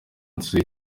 uzwi